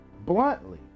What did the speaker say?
bluntly